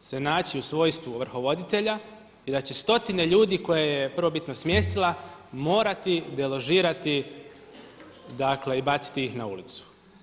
se naći u svojstvu ovrhovoditelja i da će stotine ljudi koje je prvobitno smjestila morati deložirati i baciti ih na ulicu.